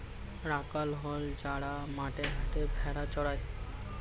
রাখাল হল যারা মাঠে ঘাটে ভেড়া চড়ায়